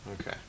Okay